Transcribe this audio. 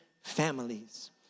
families